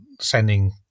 sending